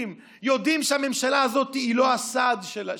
יודעים שהממשלה הזאת היא לא הסעד שלהם,